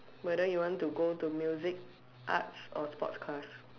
whether you want to go to music arts or sports class